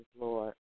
Lord